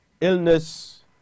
illness